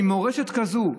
ממורשת כזאת,